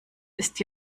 ist